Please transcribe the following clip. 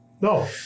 no